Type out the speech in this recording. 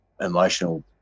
emotional